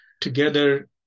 Together